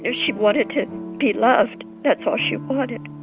ah she wanted to be loved that's all she wanted.